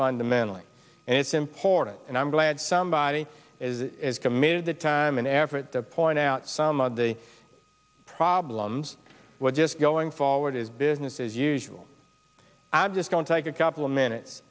fundamentally and it's important and i'm glad somebody is committed the time an effort to point out some of the problems were just going forward is business as usual are just going to take a couple of minutes